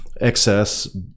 excess